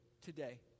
today